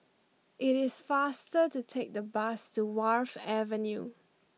it is faster to take the bus to Wharf Avenue